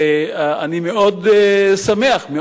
ואני שמח מאוד,